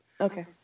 Okay